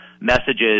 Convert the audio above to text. messages